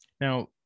Now